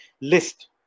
list